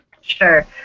Sure